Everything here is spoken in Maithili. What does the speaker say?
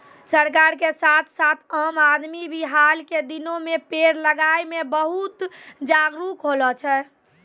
सरकार के साथ साथ आम आदमी भी हाल के दिनों मॅ पेड़ लगाय मॅ बहुत जागरूक होलो छै